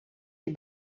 die